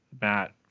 Matt